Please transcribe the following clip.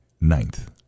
ninth